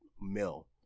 mill